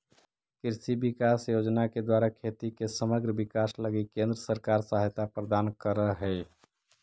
कृषि विकास योजना के द्वारा खेती के समग्र विकास लगी केंद्र सरकार सहायता प्रदान करऽ हई